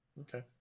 okay